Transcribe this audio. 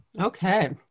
Okay